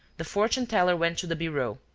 the fortune-teller went to the bureau,